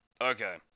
Okay